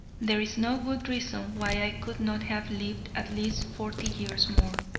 there is no good reason why i could not have lived at least forty years more.